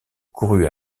courue